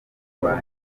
umwana